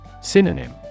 Synonym